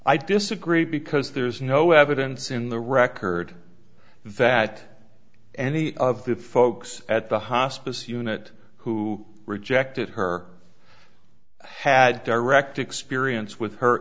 i disagree because there's no evidence in the record that any of the folks at the hospice unit who rejected her had direct experience with her